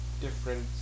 different